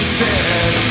dead